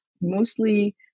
mostly